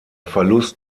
verlust